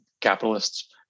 capitalists